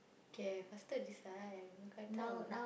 okay faster decide mookata or